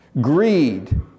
Greed